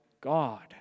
God